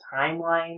timeline